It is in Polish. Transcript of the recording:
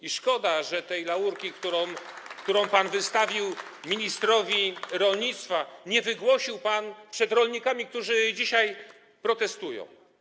I szkoda, że tej laurki, którą pan wystawił ministrowi rolnictwa, nie wygłosił pan przed rolnikami, którzy dzisiaj protestują.